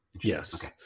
Yes